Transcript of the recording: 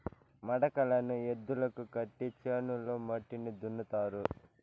మడకలను ఎద్దులకు కట్టి చేనులో మట్టిని దున్నుతారు